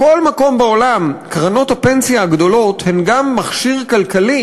בכל מקום בעולם קרנות הפנסיה הגדולות הן גם מכשיר כלכלי